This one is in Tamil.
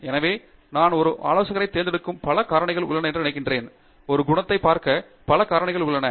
எனவே நான் ஒரு ஆலோசகராகத் தேர்ந்தெடுக்கும் பல காரணிகள் உள்ளன என்று நினைக்கிறேன் ஒரு குணத்தை பார்க்க பல காரணிகள் உள்ளன